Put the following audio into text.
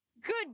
Good